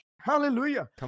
hallelujah